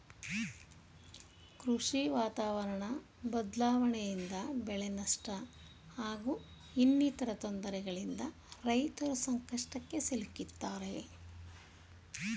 ಕೃಷಿ ವಾತಾವರಣ ಬದ್ಲಾವಣೆಯಿಂದ ಬೆಳೆನಷ್ಟ ಹಾಗೂ ಇನ್ನಿತರ ತೊಂದ್ರೆಗಳಿಂದ ರೈತರು ಸಂಕಷ್ಟಕ್ಕೆ ಸಿಲುಕ್ತಾರೆ